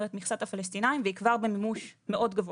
את מכסת הפלסטינים והיא כבר במימוש מאוד גבוה.